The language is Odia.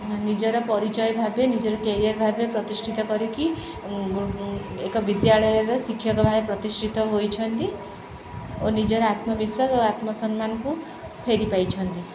ନିଜର ପରିଚୟ ଭାବେ ନିଜର କ୍ୟାରିୟର୍ ଭାବେ ପ୍ରତିଷ୍ଠିତ କରିକି ଏକ ବିଦ୍ୟାଳୟର ଶିକ୍ଷକ ଭାବେ ପ୍ରତିଷ୍ଠିତ ହୋଇଛନ୍ତି ଓ ନିଜର ଆତ୍ମବିଶ୍ୱାସ ଓ ଆତ୍ମସମ୍ମାନକୁ ଫେରି ପାଇଛନ୍ତି